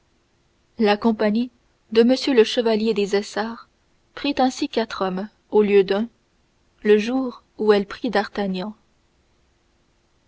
la compagnie de m le chevalier des essarts prit ainsi quatre hommes au lieu d'un le jour où elle prit d'artagnan